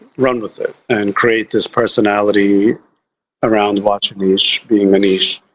run with it. and create this personality around watchanish being anish,